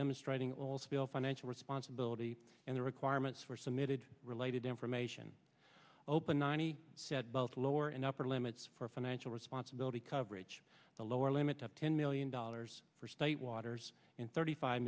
demonstrating all spill financial responsibility and the requirements for submitted related information open ninety said both lower and upper limits for financial responsibility coverage the lower limit of ten million dollars for state waters and thirty five